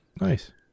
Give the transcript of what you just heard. Nice